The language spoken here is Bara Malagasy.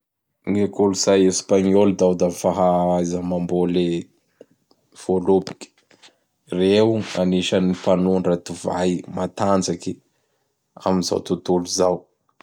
Gny kolotsay Esagnoly dao da fa-fahaiza mamboly vôloboky. Reo anisan mpanondrana divay matanjaky am zao tontolo zao.